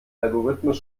algorithmus